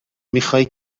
میخای